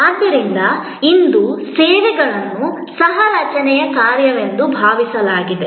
ಆದ್ದರಿಂದ ಇಂದು ಸೇವೆಗಳನ್ನು ಸಹ ರಚನೆಯ ಕಾರ್ಯವೆಂದು ಭಾವಿಸಲಾಗಿದೆ